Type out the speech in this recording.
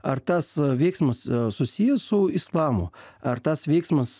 ar tas veiksmas susijęs su islamu ar tas veiksmas